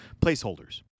placeholders